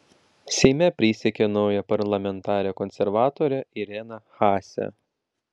seime prisiekė nauja parlamentarė konservatorė irena haase